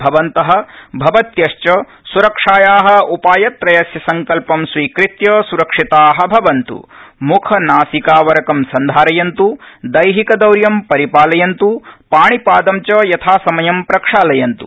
भवन्त भवत्यश्च सुरक्षाया उपायव्रयस्य संकल्पं स्वीकृत्य सुरक्षिता भवन्तु म्खनासिकावरकं सन्धारयन्त् दहिकदौर्यं परिपालयन्त् पाणिपादं च यथासमयं प्रक्षालयन्त्